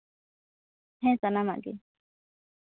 ᱦᱮᱸ ᱥᱟᱱᱢᱟᱜ ᱜᱮ